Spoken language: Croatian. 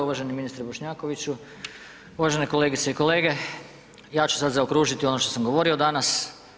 Uvaženi ministre Bošnjakoviću, uvažene kolegice i kolege, ja ću sad zaokružiti ono što sam govorio danas.